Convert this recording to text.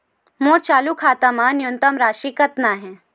मोर चालू खाता मा न्यूनतम राशि कतना हे?